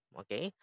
okay